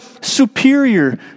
superior